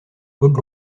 claude